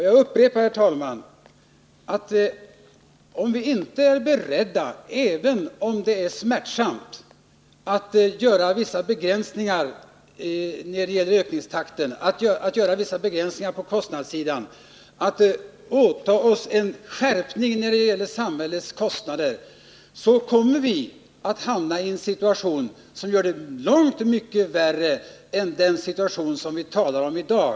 Jag upprepar, herr talman, att om vi inte är beredda, även om det är smärtsamt, att göra vissa begränsningar på kostnadssidan, att ålägga oss en skärpning när det gäller samhällets kostnader, kommer vi att hamna i en situation som är långt värre än den som vi talar om i dag.